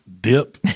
dip